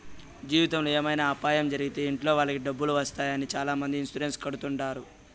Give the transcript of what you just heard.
జీవితంలో ఏమైనా అపాయం జరిగితే ఇంట్లో వాళ్ళకి డబ్బులు వస్తాయి అని చాలామంది ఇన్సూరెన్స్ కడుతుంటారు